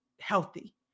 healthy